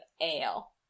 Ale